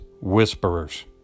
whisperers